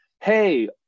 Hey